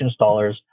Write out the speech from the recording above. installers